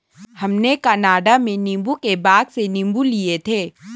हमने कनाडा में नींबू के बाग से नींबू लिए थे